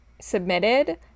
submitted